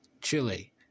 Chile